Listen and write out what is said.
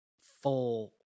full